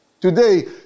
Today